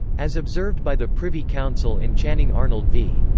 as observed by the privy council in channing arnold v.